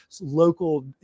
local